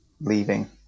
leaving